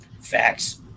Facts